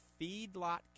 feedlot